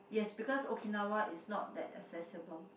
yes because Okinawa is not that accessible